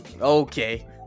Okay